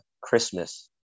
Christmas